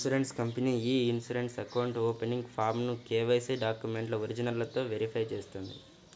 insurance company ఇ insurance account opening ఫారమ్ను KYC డాక్యుమెంట్ల ఒరిజినల్లతో వెరిఫై చేస్తుంది